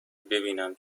ببینم